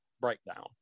Breakdown